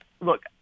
look